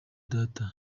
data